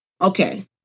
Okay